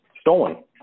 stolen